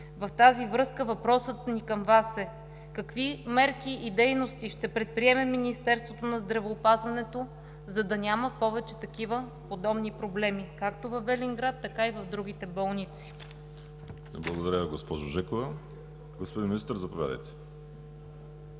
с това въпросът ми към Вас е: какви мерки и дейности ще предприеме Министерството на здравеопазването, за да няма повече такива подобни проблеми както във Велинград, така и в другите болници?